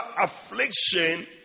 affliction